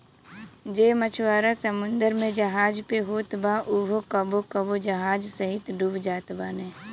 जे मछुआरा समुंदर में जहाज पे होत बा उहो कबो कबो जहाज सहिते डूब जात बाने